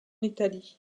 italie